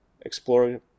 explore